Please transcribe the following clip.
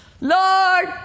Lord